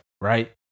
Right